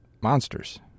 monsters